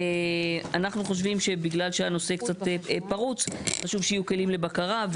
אנחנו חושבים שבגלל שהנושא קצת פרוץ חשוב שיהיו כלים לבקרה,